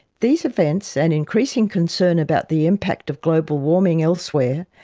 these events, and increasing concern about the impact of global warming elsewhere,